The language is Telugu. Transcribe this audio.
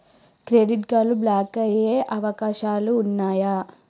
క్రెడిట్ కార్డ్ బ్లాక్ అయ్యే అవకాశాలు ఉన్నయా?